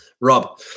Rob